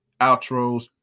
outros